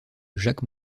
jacques